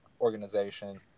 organization